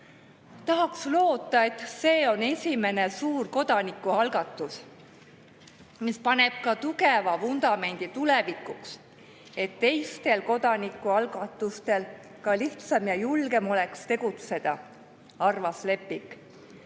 "Tahaks loota, et see on esimene suur kodanikualgatus, mis paneb ka tugeva vundamendi tulevikuks, et teistel kodanikualgatustel ka lihtsam ja julgem oleks tegutseda," arvas